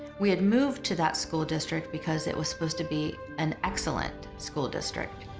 we had moved to that school district because it was supposed to be an excellent school district.